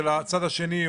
של הצד השני,